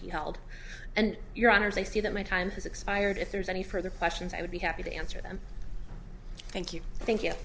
he held and your honor they see that my time has expired if there's any further questions i would be happy to answer them thank you thank you